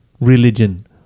religion